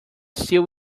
still